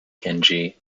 kenji